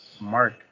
mark